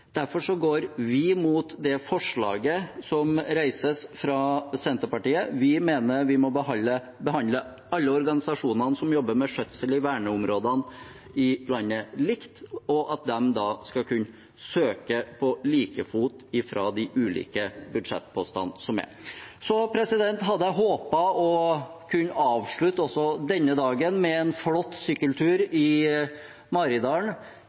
går vi imot det forslaget som reises fra Senterpartiet. Vi mener vi må behandle alle organisasjonene som jobber med skjøtsel i verneområdene i landet, likt, og at de skal kunne søke på like fot fra de ulike budsjettpostene som er. Jeg hadde håpet å kunne avslutte også denne dagen med en flott sykkeltur i Maridalen.